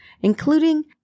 including